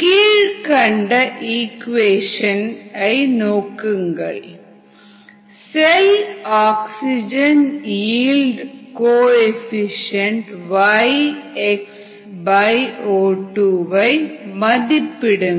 கீழ்க்கண்ட இக்கூவேஷனில் CHmO1 aNH3 bO2 yxCHpOnNq ypCHrOsNt cH2OdCO2 cell oxygen yield coefficient Yxo2 வை மதிப்பிடுங்கள்